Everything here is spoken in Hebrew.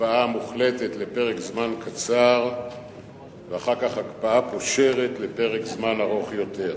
הקפאה מוחלטת לפרק זמן קצר ואחר כך הקפאה פושרת לפרק זמן ארוך יותר.